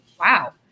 wow